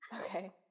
okay